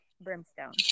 Brimstone